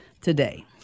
today